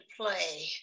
play